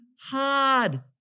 hard